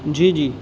جی جی